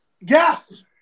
Yes